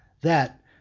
that